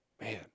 Man